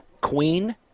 queen